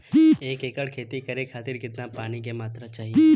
एक एकड़ खेती करे खातिर कितना पानी के मात्रा चाही?